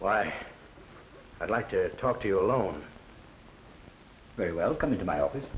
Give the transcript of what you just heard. why i'd like to talk to you alone very well come to my office